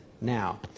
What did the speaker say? now